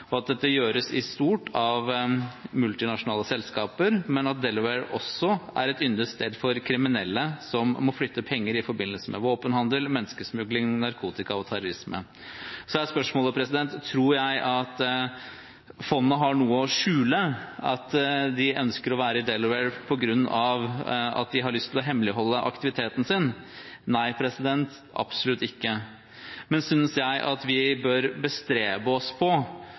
og at det gjøres i stort av multinasjonale selskaper, men at Delaware også er et yndet sted for kriminelle som må flytte penger i forbindelse med våpenhandel, menneskesmugling, narkotika og terrorisme. Så er spørsmålet: Tror jeg at fondet har noe å skjule, at de ønsker å være i Delaware på grunn av at de har lyst til å hemmeligholde aktiviteten sin? – Nei, absolutt ikke. Men synes jeg at vi bør bestrebe oss på